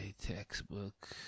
textbook